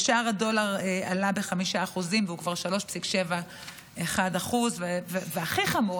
ושער הדולר עלה ב-5% והוא כבר 3.71%. והכי חמור,